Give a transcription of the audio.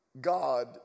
God